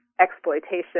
exploitation